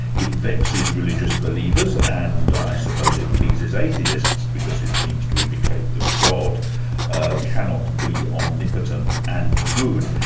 it vexes religious believers and i suppose it pleases atheists because it seems to indicate that god ah cannot be omnipotent and good.